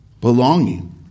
belonging